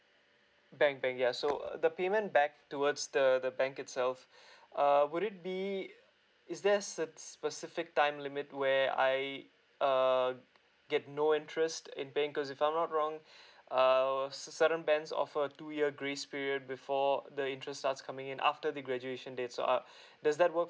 bank bank yeah uh so the payment back towards the the bank itself err would it be is there a cert specific time limit where I err get no interest in paying cause if I'm not wrong err cer~ certain banks offer two year grace period before the interest starts coming in after the graduation date so uh does that work